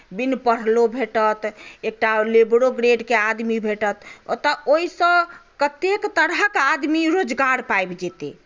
बिन पढ़लो भेटत एकटा लेबरो ग्रेडके आदमी भेटत ओतय ओहिसँ कतेक तरहक आदमी रोजगार पाबि जेतै